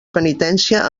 penitència